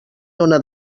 dóna